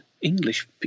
English